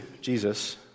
Jesus